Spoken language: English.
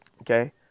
okay